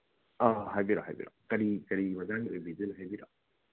ꯑꯥ ꯍꯥꯏꯕꯤꯔꯛꯑꯣ ꯍꯥꯏꯕꯤꯔꯛꯑꯣ ꯀꯔꯤ ꯀꯔꯤ ꯃꯇꯥꯡꯒꯤ ꯑꯣꯏꯕꯤꯗꯣꯏꯅꯣ ꯍꯥꯏꯕꯤꯔꯛꯑꯣ